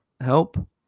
help